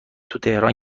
تهران